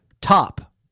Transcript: top